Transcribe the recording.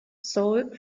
soul